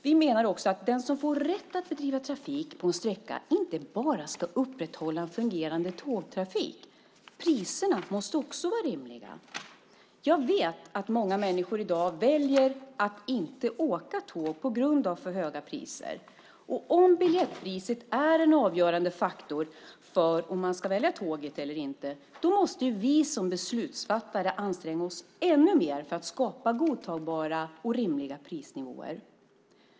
Vi menar också att den som får rätt att bedriva trafik på en sträcka inte bara ska upprätthålla en fungerande tågtrafik. Priserna måste också vara rimliga. Jag vet att många människor i dag väljer att inte åka tåg på grund av för höga priser. Om biljettpriset är en avgörande faktor för om man ska välja tåget eller inte måste vi som beslutsfattare anstränga oss ännu mer för att skapa godtagbara och rimliga prisnivåer.